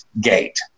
gate